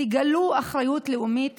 תגלו אחריות לאומית